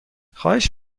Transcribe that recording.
خواهش